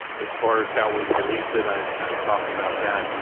as far as how we release it, i i talked about that, and